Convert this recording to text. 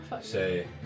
Say